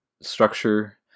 structure